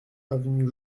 avenue